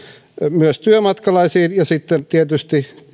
myös työmatkalaisiin ja sitten tietysti